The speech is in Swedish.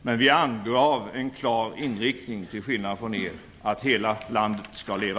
Men vi angav till skillnad från er en klar inriktning, att hela landet skall leva.